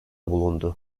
bulundu